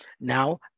now